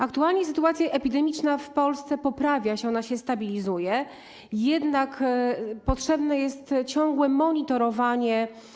Aktualnie sytuacja epidemiczna w Polsce poprawia się, stabilizuje, jednak potrzebne jest ciągłe jej monitorowanie.